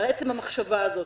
עצם המחשבה הזאת.